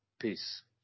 Peace